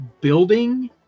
building